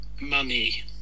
Money